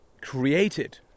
created